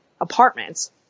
apartments